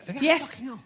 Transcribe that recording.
Yes